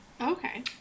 Okay